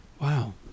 Wow